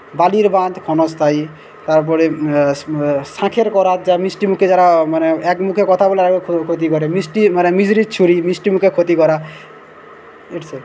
বালির বাঁধ ক্ষণস্থায়ী তারপরে শাঁখের করাত যা মিষ্টি মুখে যারা একমুখে কথা বলে আরেক ক্ষতি করে মিষ্টি মানে মিছরির ছুরি মিষ্টিমুখে ক্ষতি করা